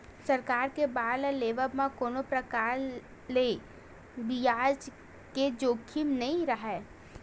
सरकार के बांड ल लेवब म कोनो परकार ले बियाज के जोखिम नइ राहय